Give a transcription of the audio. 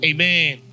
Amen